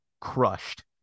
crushed